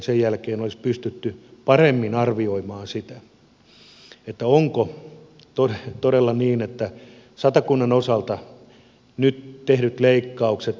sen jälkeen olisi pystytty paremmin arvioimaan sitä onko todella niin että satakunnan osalta nyt tehdyt leikkaukset nettomaksajakunnalle